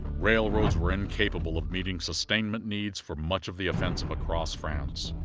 railroads were incapable of meeting sustainment needs for much of the offensive across france.